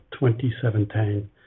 2017